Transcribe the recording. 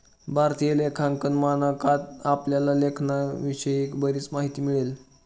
भारतीय लेखांकन मानकात आपल्याला लेखांकनाविषयी बरीच माहिती मिळेल